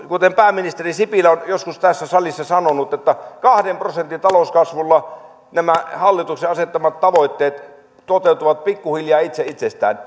kuten pääministeri sipilä on joskus tässä salissa sanonut kahden prosentin talouskasvulla nämä hallituksen asettamat tavoitteet toteutuvat pikkuhiljaa itsestään